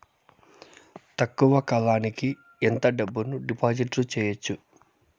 తక్కువ కాలానికి ఎంత డబ్బును డిపాజిట్లు చేయొచ్చు?